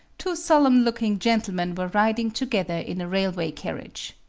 two solemn-looking gentlemen were riding together in a railway carriage.